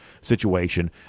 situation